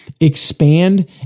expand